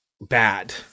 bad